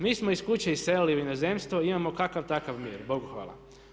Mi smo iz kuće iselili u inozemstvo, imamo kakav takav mir, Bogu hvala.